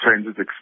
changes